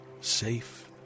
safe